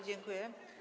Dziękuję.